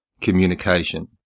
communication